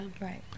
right